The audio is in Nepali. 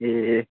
ए